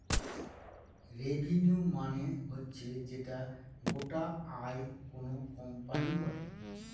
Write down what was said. revenue মানে হচ্ছে যে গোটা আয় কোনো কোম্পানি করে